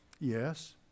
Yes